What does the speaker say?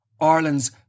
Ireland's